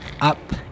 up